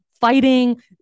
fighting